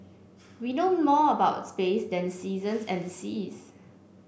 we know more about space than the seasons and the seas